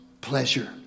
pleasure